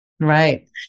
Right